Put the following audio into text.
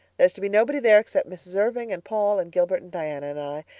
there's to be nobody there except mrs. irving and paul and gilbert and diana and i,